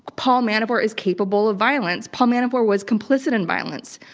paul manafort is capable of violence. paul manafort was complicit in violence.